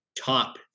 top